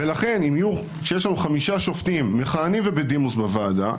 לכן כשיש לנו 5 שופטים מכהנים ובדימוס בוועדה,